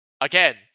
again